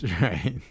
Right